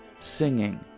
singing